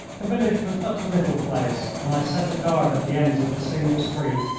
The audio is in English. the village was but a little place, and i set a guard at the ends of the single street,